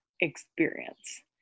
experience